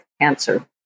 cancer